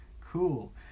cool